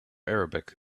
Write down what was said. arabic